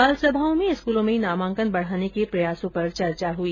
बाल सभाओं में स्कूलों में नामांकन बढाने के प्रयासों पर चर्चा हुई